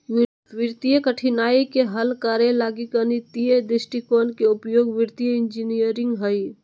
वित्तीय कठिनाइ के हल करे लगी गणितीय दृष्टिकोण के उपयोग वित्तीय इंजीनियरिंग हइ